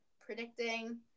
predicting